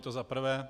To za prvé.